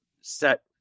set